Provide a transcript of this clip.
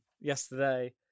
yesterday